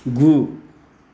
गु